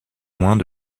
moins